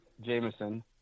Jameson